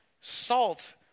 salt